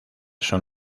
son